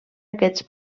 aquests